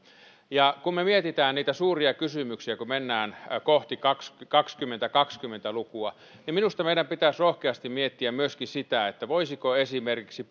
kun me mietimme niitä suuria kysymyksiä kun mennään kohti kaksituhattakaksikymmentä lukua niin minusta meidän pitäisi rohkeasti miettiä myöskin sitä voisiko esimerkiksi